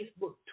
Facebook